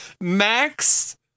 Max